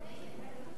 ג'מאל זחאלקה,